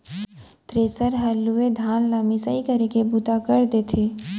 thresher हर लूए धान ल मिसाई करे के बूता कर देथे